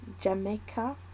Jamaica